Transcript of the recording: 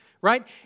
right